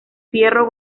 fierro